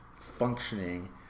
functioning